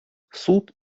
суд